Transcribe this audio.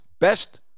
best